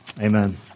Amen